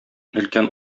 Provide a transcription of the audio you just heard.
өлкән